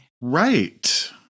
right